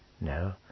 No